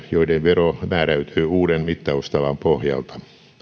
joiden vero määräytyy uuden mittaustavan pohjalta